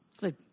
Good